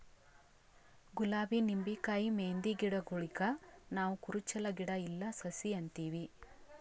ಗುಲಾಬಿ ನಿಂಬಿಕಾಯಿ ಮೆಹಂದಿ ಗಿಡಗೂಳಿಗ್ ನಾವ್ ಕುರುಚಲ್ ಗಿಡಾ ಇಲ್ಲಾ ಸಸಿ ಅಂತೀವಿ